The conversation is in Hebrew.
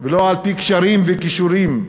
ולא על-פי קשרים וכישורים.